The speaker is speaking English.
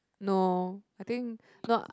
no I think no